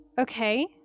Okay